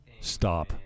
stop